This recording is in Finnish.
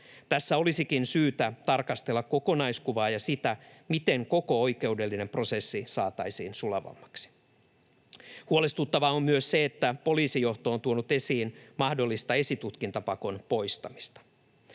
Tässä olisikin syytä tarkastella kokonaiskuvaa ja sitä, miten koko oikeudellinen prosessi saataisiin sulavammaksi. Huolestuttavaa on myös se, että poliisijohto on tuonut esiin mahdollista esitutkintapakon poistamista.